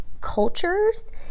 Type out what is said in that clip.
cultures